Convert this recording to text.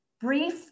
brief